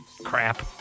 crap